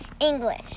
English